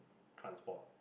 transport